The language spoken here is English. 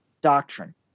doctrine